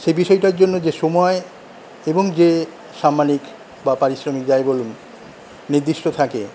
সে বিষয়টার জন্য যে সময় এবং যে সাম্মানিক বা পারিশ্রমিক যাই বলুন নির্দিষ্ট থাকে